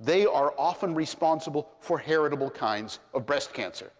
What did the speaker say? they are often responsible for heritable kinds of breast cancer